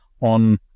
on